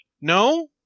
No